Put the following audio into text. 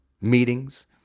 meetings